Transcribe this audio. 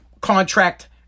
contract